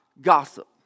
gossip